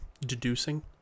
deducing